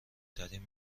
ترین